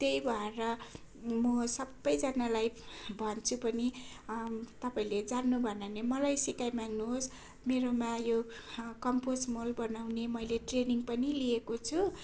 त्यही भएर म सबैजनालाई भन्छु पनि तपाईँले जान्नुभएन भने मलाई सिकाइमाग्नु होस् मेरोमा यो कम्पोस्ट मल बनाउने मैले ट्रेनिङ पनि लिएको छु